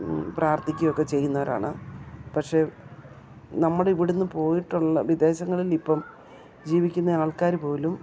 പ്രാർത്ഥിക്കുകയൊക്കെ ചെയ്യുന്നവരാണ് പക്ഷേ നമ്മുടെ ഇവിടെ നിന്നു പോയിട്ടുള്ള വിദേശങ്ങളിലിപ്പം ജീവിക്കുന്ന ആൾക്കാർ പോലും